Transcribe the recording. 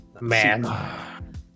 Man